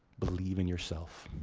believe in yourself.